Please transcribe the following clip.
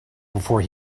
before